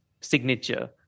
signature